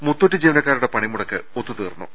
മുത്തൂറ്റ് ജീവനക്കാരുടെ പണിമുടക്ക് ഒത്തുതീർന്നു